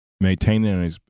maintaining